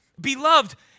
Beloved